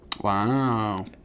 Wow